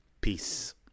Peace